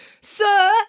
Sir